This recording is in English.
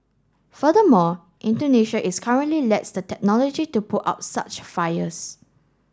furthermore Indonesia is currently lacks the technology to put out such fires